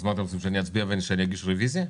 אז אתם רוצים שנצביע ושאני אגיש רביזיה?